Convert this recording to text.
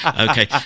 Okay